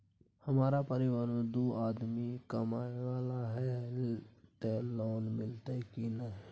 हमरा परिवार में दू आदमी कमाए वाला हे ते लोन मिलते की ने?